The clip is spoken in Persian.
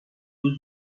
روز